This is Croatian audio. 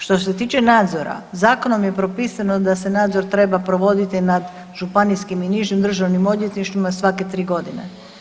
Što se tiče nadzora, zakonom je propisano da se nadzor treba provoditi nad Županijskim i nižim državnim odvjetništvima svake 3 godine.